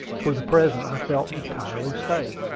for the present i felt entirely safe